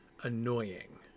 annoying